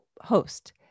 host